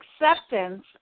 acceptance